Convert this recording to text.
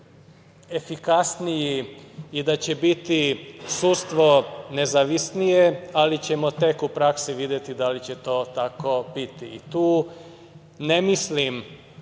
biti efikasniji i da će biti sudstvo nezavisnije, ali ćemo tek u praksi videti da li će to tako biti. Tu ne mislim